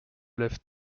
lève